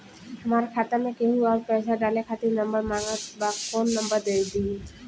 हमार खाता मे केहु आउर पैसा डाले खातिर नंबर मांगत् बा कौन नंबर दे दिही?